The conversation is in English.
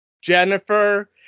Jennifer